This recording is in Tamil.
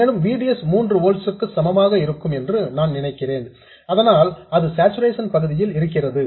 மேலும் V D S 3 ஓல்ட் க்கு சமமாக இருக்கும் என்று நான் நினைக்கிறேன் அதனால் அது சார்சுரேஷன் பகுதியில் இருக்கிறது